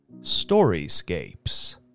Storyscapes